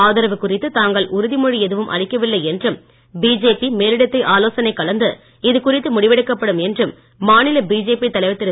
ஆதரவு குறித்து தாங்கள் உறுதிமொழி எதுவும் அளிக்கவில்லை என்றும் பிஜேபி மேலிடத்தை ஆலோசனை கலந்து இது குறித்து முடிவெடுக்கப்படும் என்றும் மாநில பிஜேபி தலைவர் திரு